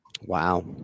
Wow